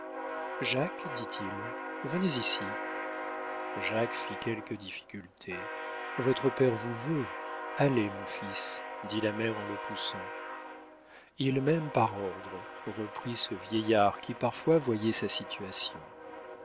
jacques dit-il venez ici jacques fit quelques difficultés votre père vous veut allez mon fils dit la mère en le poussant ils m'aiment par ordre reprit ce vieillard qui parfois voyait sa situation